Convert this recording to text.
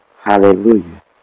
Hallelujah